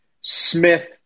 Smith